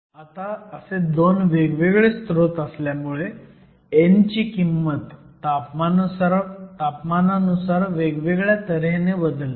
आता असे 2 वेगवेगळे स्रोत असल्यामुळे n ची किंमत तापमानानुसार वेगवेगळ्या तऱ्हेने बदलते